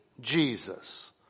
Jesus